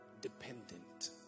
dependent